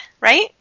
right